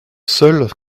seul